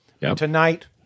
tonight